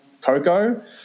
cocoa